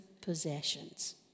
possessions